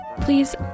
please